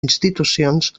institucions